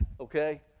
okay